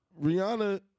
Rihanna